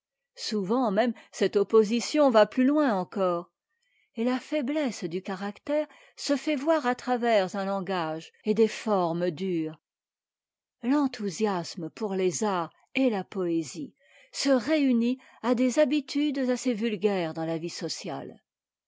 souvent même cette opposition va plus loin encore et la faiblesse du caractère se fait t voir à travers un langage et des formes dures l'enthousiasme pour les arts et la poésie se réunit à des habitudes assez vulgaires dans la vie sociaie